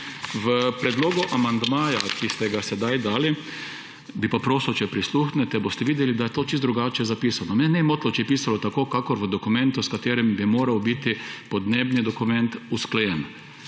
V predlogu amandmaja, ki ste ga sedaj dali, bi pa prosil, če prisluhnite, boste videli, da je to čisto drugače zapisano. Mene ne bi motilo, če bi pisalo tako kakor v dokumentu, s katerim bi moral biti podnebni dokument usklajen.